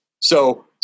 So-